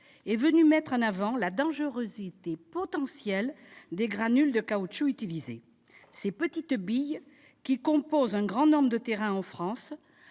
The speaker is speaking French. est venue mettre en avant la dangerosité potentielle des granules de caoutchouc utilisés. Ces petites billes, que l'on trouve sur un grand nombre de terrains en France,